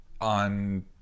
on